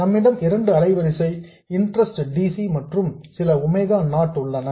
நம்மிடம் இரண்டு அலைவரிசை இன்ட்ரஸ்ட் dc மற்றும் சில ஒமேகா நாட் உள்ளன